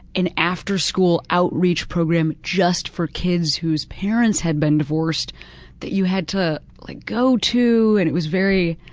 an after-school outreach program just for kids whose parents had been divorced that you had to like go to, and it was very,